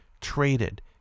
traded